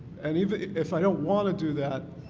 and if if i don't want to do that,